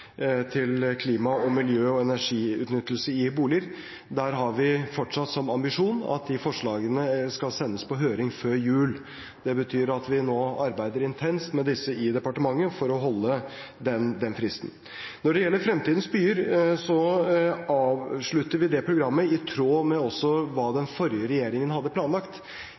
klima-, miljø- og energiutnyttelse i boliger. Der har vi fortsatt som ambisjon at de forslagene skal sendes på høring før jul. Det betyr at vi arbeider intenst med disse i departementet for å holde den fristen. Når det gjelder Framtidens byer, avslutter vi det programmet i tråd med hva den forrige regjeringen hadde planlagt.